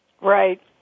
Right